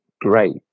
great